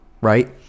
right